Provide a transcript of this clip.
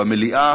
במליאה,